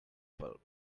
bulb